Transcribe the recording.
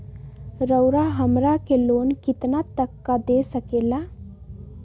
रउरा हमरा के लोन कितना तक का दे सकेला?